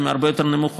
הן הרבה יותר נמוכות,